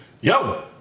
yo